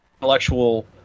intellectual